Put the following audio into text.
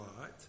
right